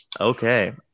Okay